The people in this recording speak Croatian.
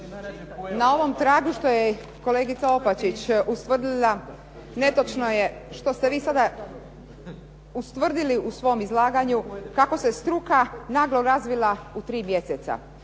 Na ovom tragu što je kolegica Opačić ustvrdila netočno je što ste vi sada ustvrdili u svom izlaganju kako se struka naglo razvila u 3 mjeseca.